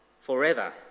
forever